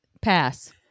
Pass